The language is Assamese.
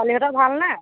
ছোৱালীহতঁৰ ভাল নে